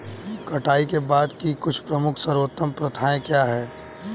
कटाई के बाद की कुछ प्रमुख सर्वोत्तम प्रथाएं क्या हैं?